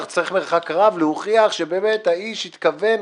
צריך מרחק רב להוכיח שהאיש התכוון,